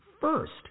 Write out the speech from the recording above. first